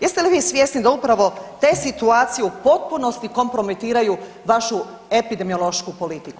Jeste li vi svjesni da upravo te situacije u potpunosti kompromitiraju vašu epidemiološku politiku?